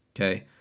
okay